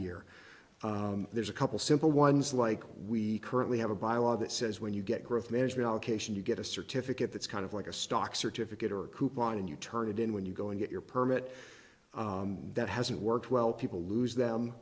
year there's a couple simple ones like we currently have a by law that says when you get growth management allocation you get a certificate that's kind of like a stock certificate or a coupon and you turn it in when you go and get your permit that hasn't worked well people lose them